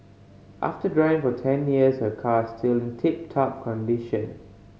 after driving for ten years her car is still in tip top condition